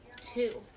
Two